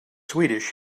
swedish